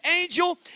angel